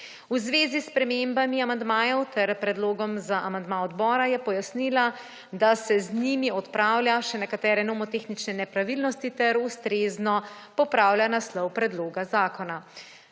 V zvezi s spremembami amandmajev ter predlogom za amandma odbora je pojasnila, da se z njimi odpravlja še nekatere nomotehnične nepravilnosti ter ustrezno popravlja naslov predloga zakona.